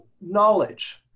knowledge